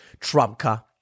Trumpka